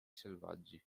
selvaggi